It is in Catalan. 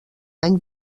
any